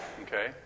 Okay